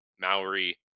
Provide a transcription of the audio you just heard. Maori